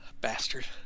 Bastard